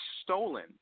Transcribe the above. stolen